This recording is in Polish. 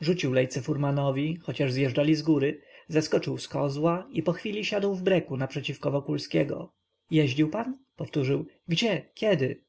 rzucił lejce furmanowi choć zjeżdżali z góry zeskoczył z kozła i pochwili siadł w breku naprzeciw wokulskiego jeździł pan powtórzył gdzie kiedy